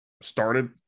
started